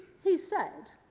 he said,